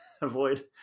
avoid